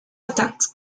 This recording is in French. atteintes